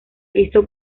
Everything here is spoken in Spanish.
hizo